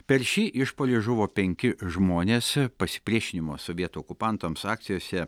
per šį išpuolį žuvo penki žmonės pasipriešinimo sovietų okupantams akcijose